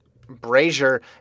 Brazier